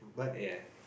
ya